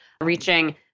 reaching